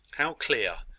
how clear,